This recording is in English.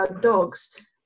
dogs